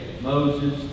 Moses